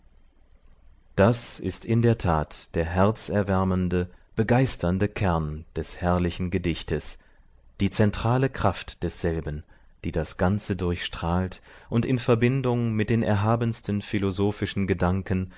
das ist in der tat der herzerwärmende begeisternde kern des herrlichen gedichtes die zentrale kraft desselben die das ganze durchstrahlt und in verbindung mit den erhabensten philosophischen gedanken